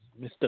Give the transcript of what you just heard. Mr